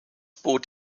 bot